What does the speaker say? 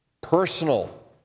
personal